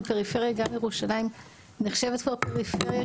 פריפריה גם ירושלים כבר נחשבת פריפריה,